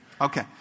okay